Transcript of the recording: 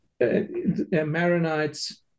Maronites